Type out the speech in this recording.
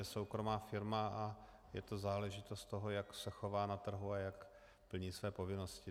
To je soukromá firma a je to záležitost toho, jak se chová na trhu a jak plní své povinnosti.